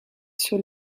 sur